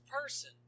person